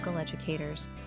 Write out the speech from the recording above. educators